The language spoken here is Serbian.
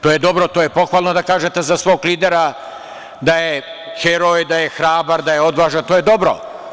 To je dobro, to je pohvalno da kažete za svog lidera da je heroj, da je hrabar, da je odvažan, to je dobro.